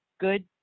good